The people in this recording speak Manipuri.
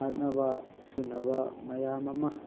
ꯍꯥꯠꯅꯕ ꯁꯨꯅꯕ ꯃꯌꯥꯝ ꯑꯃ